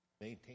maintain